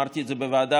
אמרתי את זה בוועדה,